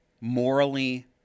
morally